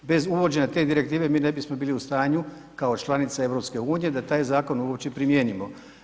Bez uvođenja te direktive mi ne bismo bili u stanju kao članica EU da taj zakon uopće primijenimo.